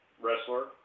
wrestler